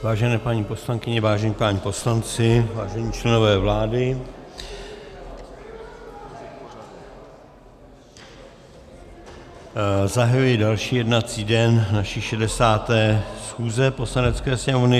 Vážené paní poslankyně, vážení páni poslanci, vážení členové vlády, zahajuji další jednací den naší 60. schůze Poslanecké sněmovny.